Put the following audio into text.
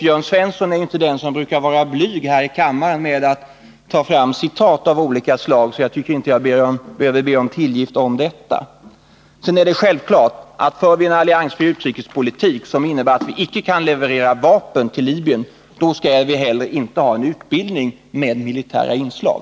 Jörn Svensson är inte den som här i kammaren brukar vara blyg när det gäller att ta fram citat av olika slag. Jag tycker därför inte att jag behöver be om tillgift för detta. Det är självklart att om vi för en alliansfri utrikespolitik som innebär att vi icke kan leverera vapen till Libyen, skall vi heller inte ge libyer utbildning med militära inslag.